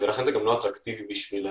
לכן זה גם לא אטרקטיבי לנו.